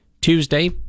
Tuesday